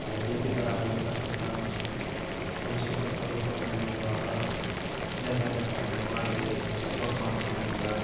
ತರಬೇತಿದಾರರಾಗಿರ್ತಕ್ಕಂಥ Somashekhar sir ಕೂಡ ನಮಗೆ ಬಹಳ ಏಯ್ ಬರ್ರಪ್ಪ ನೀವು ಮಾಡಿರಿ ನಿಮ್ಗೆ ಸಪೋರ್ಟ್ ಮಾಡ್ತೀನಿ ನಾನು ನಿಮಗೆ